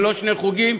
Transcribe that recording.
ולא שני חוגים,